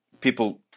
people